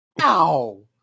Ow